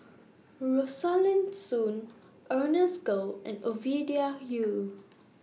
Rosaline Soon Ernest Goh and Ovidia Yu